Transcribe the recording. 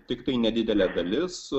tiktai nedidelė dalis